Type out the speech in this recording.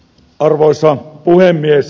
arvoisa puhemies